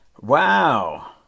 Wow